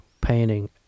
painting